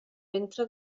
ventre